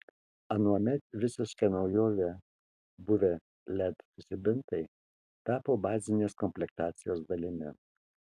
anuomet visiška naujove buvę led žibintai tapo bazinės komplektacijos dalimi